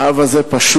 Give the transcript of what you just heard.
האב הזה פשוט